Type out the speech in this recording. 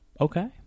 Okay